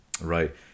right